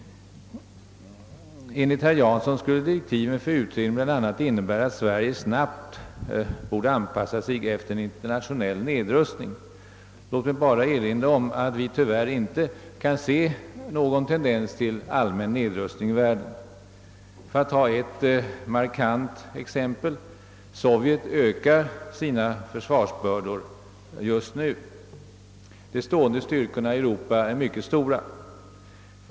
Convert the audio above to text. Enligt herr Jansson skulle direktiven för utredningen bl.a. innebära att Sveriges försvar snabbt borde anpassa sig till en internationell nedrustning. Låt mig bara erinra om att vi tyvärr inte kan se någon tendens till allmän nedrustning i världen. Jag vill bara nämna ett markant exempel. Sovjet ökar sina försvarsbördor just nu. De stående styrkorna i Europa är mycket stora.